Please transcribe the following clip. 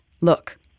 look